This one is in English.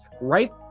right